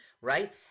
right